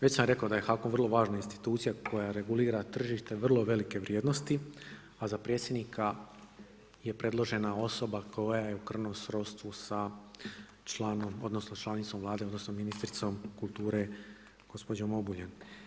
Već sam rekao da je HAKOM vrlo važna institucija koja regulira tržište vrlo velike vrijednosti, a za predsjednika je predložena osoba koja je u krvnom srodstvu sa članicom Vlade, odnosno ministricom kulture gospođom Obuljen.